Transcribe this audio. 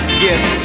yes